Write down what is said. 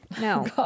No